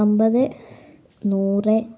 അന്പത് നൂറ്